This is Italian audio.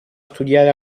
studiare